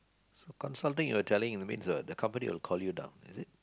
consulting it will telling means what the company will call you down is it